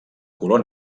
color